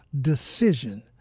decision